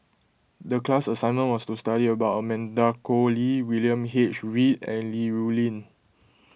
the class assignment was to study about Amanda Koe Lee William H Read and Li Rulin